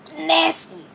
nasty